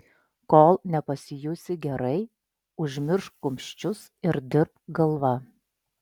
kol nepasijusi gerai užmiršk kumščius ir dirbk galva